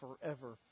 forever